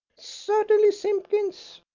certainly, simpkins,